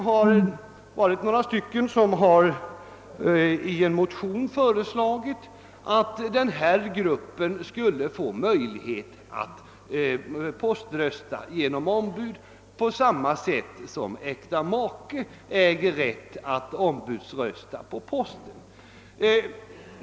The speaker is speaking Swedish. Vi är några ledamöter som i en motion föreslagit att den här gruppen skulle kunna poströsta genom ombud på samma sätt som äkta make äger rätt att ombudsrösta på posten.